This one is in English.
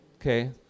Okay